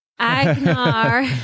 Agnar